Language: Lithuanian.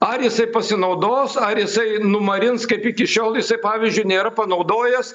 ar jisai pasinaudos ar jisai numarins kaip iki šiol jisai pavyzdžiui nėra panaudojęs